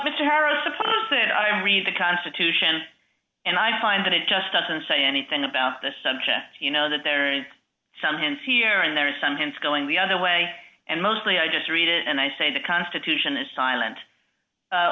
mr harrison i read the constitution and i find that it just doesn't say anything about this subject you know that there are some hints here and there are some hints going the other way and mostly i just read it and i say the constitution is silent